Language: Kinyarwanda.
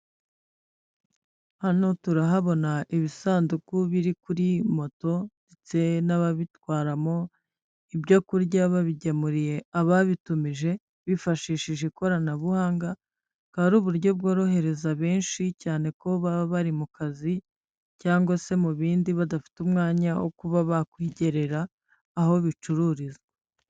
Hano turahabona ibisanduku biri kuri moto ndetse n'ababitwaramo ibyo kurya babigemuriye ababitumije bifashishije ikoranabuhanga. Akaba ari uburyo bworohereza benshi cyane ko baba bari mu kazi cyangwa se mu bindi badafite umwanya wo kuba bakwigerera aho bicururiza.